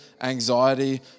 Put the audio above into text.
anxiety